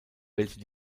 welche